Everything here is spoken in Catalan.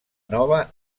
nova